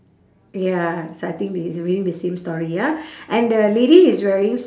ya so I think they reading the same story ah and the lady is wearing s~